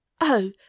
Oh